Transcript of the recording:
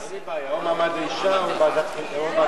אין לי בעיה, או מעמד האשה או ועדת חינוך.